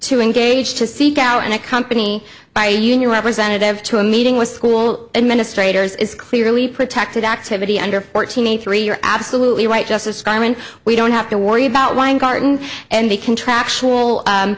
to engage to seek out in a company by a union representative to a meeting with school administrators is clearly protected activity under fourteen a three you're absolutely right justice scalia when we don't have to worry about weingarten and the contractual